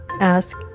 ask